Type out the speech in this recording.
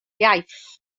iaith